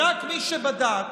בדק מי שבדק